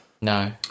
no